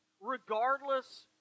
regardless